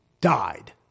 died